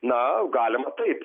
na galima taip